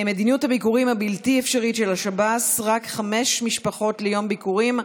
מדיניות הביקורים הבלתי-אפשרית של השב"ס: רק חמש משפחות ליום ביקורים,